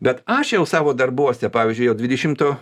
bet aš jau savo darbuose pavyzdžiui jau dvidešimto